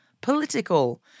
political